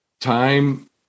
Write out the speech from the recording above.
Time